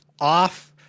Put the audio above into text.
off